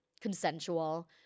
consensual